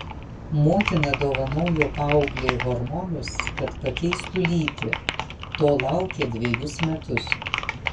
motina dovanojo paauglei hormonus kad pakeistų lytį to laukė dvejus metus